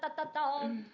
ah hotel and